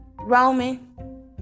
Roman